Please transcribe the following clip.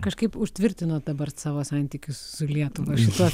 kažkaip užtvirtinot dabar savo santykius su lietuva šituos